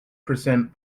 percent